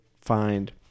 find